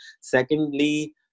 Secondly